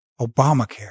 obamacare